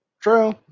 True